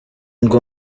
ngo